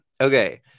okay